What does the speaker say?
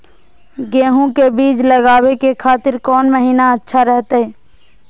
गेहूं के बीज लगावे के खातिर कौन महीना अच्छा रहतय?